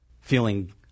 feeling